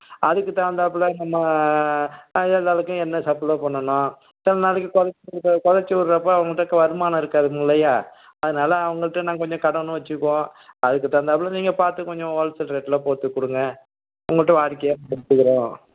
அதுக்கு தகுந்தாப்பில் நம்ம எல்லோருக்கும் எண்ணெய் சப்ளை பண்ணணும் சில நாளைக்கு குறச்சு குறச்சு விட்றப்ப அவங்கள்கிட்டக்க வருமானம் இருக்காதுங்கில்லையா அதனால் அவங்கள்கிட்ட நான் கொஞ்சம் கடனும் வைச்சுக்குவோம் அதுக்கு தகுந்தாப்பில் நீங்கள் பார்த்து கொஞ்சம் ஹோல் சேல் ரேட்டில் போட்டுக் கொடுங்க உங்கள்கிட்ட வாடிக்கையாக நாங்கள் எடுத்துக்கிறோம்